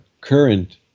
current